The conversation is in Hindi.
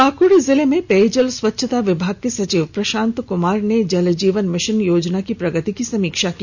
पाकृड़ जिले में पेयजल स्वच्छता विभाग के सचिव प्रशांत कुमार ने जल जीवन मिशन योजना की प्रगति की समीक्षा की